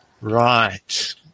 right